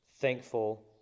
thankful